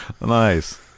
Nice